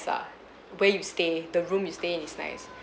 ah where you stay the room you stay in is nice